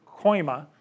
koima